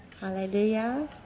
Hallelujah